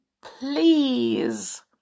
please